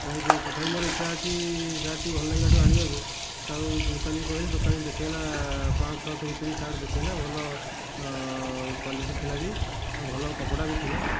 ଏ ତଥାପି ମୋର ଇଛା ଅଛି ସାର୍ଟଟିକୁ ଭଲ ଲାଗିଲା ଠାରୁ ଆଣିବାକୁ ତ ଦୋକାନୀକୁ କହିଲି ଦୋକାନୀ ଦେଖେଇଲା ପାଞ୍ଚ ଛଅଶହ ଭିତରେ ସାର୍ଟ ଦେଖେଇଲା ଭଲ କ୍ୱାଲିଟି ଥିଲା ବି ଆଉ ଭଲ କପଡ଼ା ବି ଥିଲା